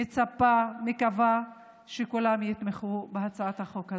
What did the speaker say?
מצפה ומקווה שכולם יתמכו בהצעת החוק הזאת.